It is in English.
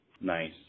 Nice